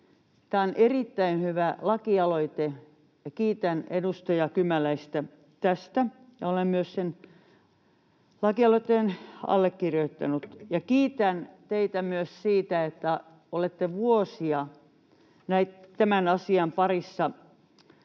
Tämä on erittäin hyvä lakialoite, ja kiitän edustaja Kymäläistä tästä. Olen myös sen lakialoitteen allekirjoittanut. Kiitän teitä myös siitä, että olette vuosia tämän asian parissa